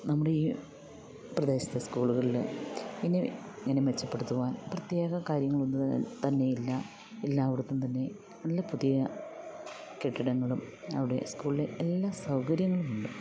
നമ്മുടെ ഈ പ്രദേശത്തെ സ്കൂളുകളിൽ ഇങ്ങനെ മെച്ചപ്പെടുത്തുവാൻ പ്രത്യേക കാര്യങ്ങളൊന്നും തന്നെ ഇല്ല എല്ലായിടത്തും തന്നെ നല്ല പുതിയ കെട്ടിടങ്ങളും അവിടെ സ്കൂളിലെ എല്ലാ സൗകര്യങ്ങളുമുണ്ട്